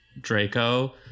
Draco